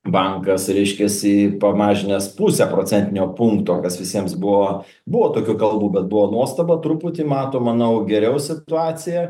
bankas reiškiasi pamažinęs puse procentinio punkto kas visiems buvo buvo tokių kalbų bet buvo nuostaba truputį mato manau geriau situaciją